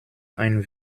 ein